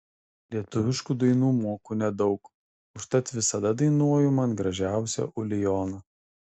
lietuviškų dainų moku nedaug užtat visada dainuoju man gražiausią ulijoną